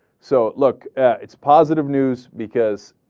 so look ah. it's positive news because